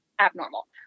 abnormal